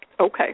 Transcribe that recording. Okay